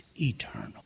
eternal